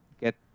get